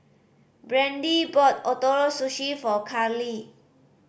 Brande bought Ootoro Sushi for Carlie